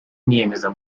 niyemeza